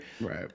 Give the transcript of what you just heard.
Right